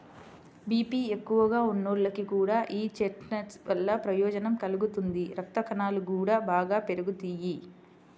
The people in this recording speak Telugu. బీపీ ఎక్కువగా ఉన్నోళ్లకి కూడా యీ చెస్ట్నట్స్ వల్ల ప్రయోజనం కలుగుతుంది, రక్తకణాలు గూడా బాగా పెరుగుతియ్యి